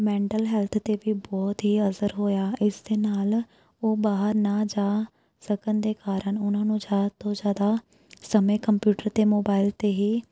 mental health 'ਤੇ ਵੀ ਬਹੁਤ ਹੀ ਅਸਰ ਹੋਇਆ ਇਸ ਦੇ ਨਾਲ਼ ਉਹ ਬਾਹਰ ਨਾ ਜਾ ਸਕਣ ਦੇ ਕਾਰਨ ਉਹਨਾਂ ਨੂੰ ਜ਼ਿਆਦਾ ਤੋਂ ਜ਼ਿਆਦਾ ਸਮੇਂ ਕੰਪਿਊਟਰ ਅਤੇ ਮੋਬਾਇਲ 'ਤੇ ਹੀ